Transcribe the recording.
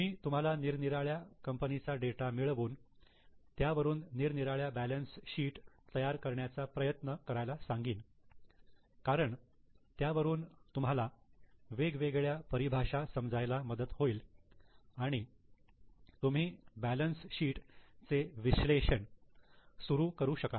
मी तुम्हाला निरनिराळ्या कंपनीचा डेटा मिळवून त्यावरून निरनिराळ्या बॅलन्स शीट तयार करण्याचा प्रयत्न करायला सांगीन कारण त्यावरून तुम्हाला वेगवेगळ्या परि भाषा समजायला मदत होईल आणि तुम्ही बॅलन्स शीट चे विश्लेषण सुरू करू शकाल